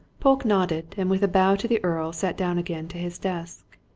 polke nodded, and with a bow to the earl sat down again to his desk.